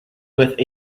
with